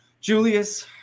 Julius